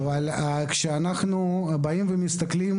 כשאנחנו באים ומסתכלים,